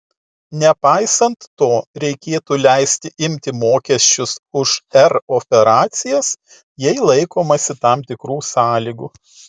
nepaisant to reikėtų leisti imti mokesčius už r operacijas jei laikomasi tam tikrų sąlygų